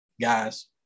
guys